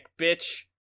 bitch